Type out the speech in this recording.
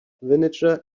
vinegar